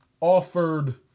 offered